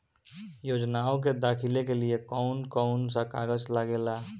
योजनाओ के दाखिले के लिए कौउन कौउन सा कागज लगेला?